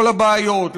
כל הבעיות,